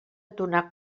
donar